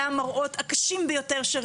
יהיה אחד המראות הכי קשים ביותר שראינו.